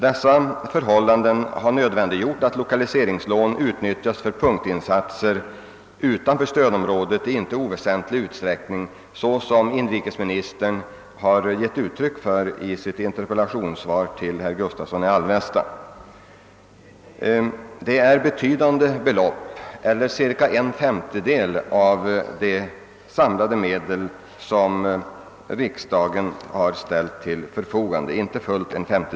Detta har nödvändiggjort att lokaliseringslån utnyttjats för punktinsatser utanför stödområdena i inte oväsentlig utsträckning, såsom inrikesministern framhållit i sitt svar på herr Gustavssons i Alvesta interpellation. Det gäller betydande belopp — nästan en femtedel av de samlade medel som riksdagen ställt till förfogande.